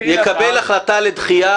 יקבל החלטה לדחייה